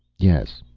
yes,